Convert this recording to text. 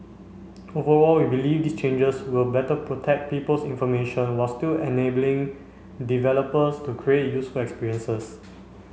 overall we believe these changes will better protect people's information while still enabling developers to create useful experiences